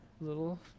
little